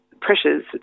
pressures